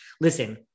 listen